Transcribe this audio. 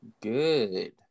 good